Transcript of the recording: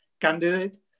candidate